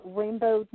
rainbow